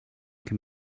can